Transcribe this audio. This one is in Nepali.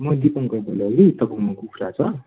म दिपाङ्कर बोलेको कि तपाईँकोमा कुखुरा छ